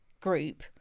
group